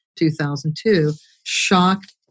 2002—shocked